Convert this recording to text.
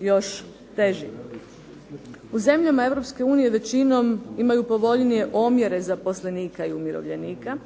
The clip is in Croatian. još teži. U zemljama Europske unije većinom imaju povoljnije omjere zaposlenika i umirovljenika.